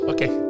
Okay